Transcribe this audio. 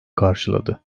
karşıladı